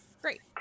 Great